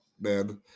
man